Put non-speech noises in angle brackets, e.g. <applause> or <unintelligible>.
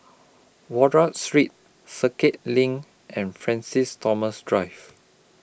<unintelligible> Street Circuit LINK and Francis Thomas Drive